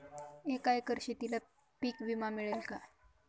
एका एकर शेतीला पीक विमा मिळेल का?